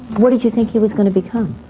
what did you think he was going to become?